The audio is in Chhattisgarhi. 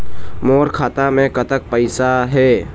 मोर खाता मे कतक पैसा हे?